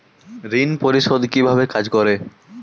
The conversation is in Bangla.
ঋণ পরিশোধ কিভাবে কাজ করে?